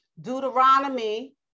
Deuteronomy